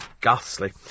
Ghastly